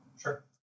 Sure